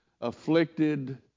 afflicted